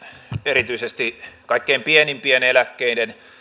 erityisesti kaikkein pienimpien eläkkeiden